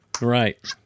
Right